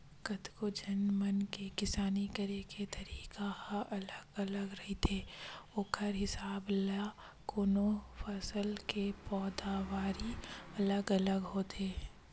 कतको झन मन के किसानी करे के तरीका ह अलगे अलगे रहिथे ओखर हिसाब ल कोनो फसल के पैदावारी अलगे अलगे होथे